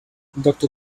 doctor